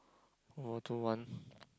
O two one